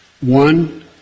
one